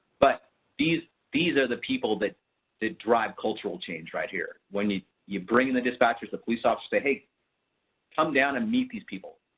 but these these are the people that drive cultural change right here. when you you bring in the dispatchers, the police officer say come down and meet these people.